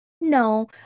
No